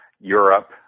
Europe